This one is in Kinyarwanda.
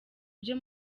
byo